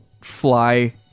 fly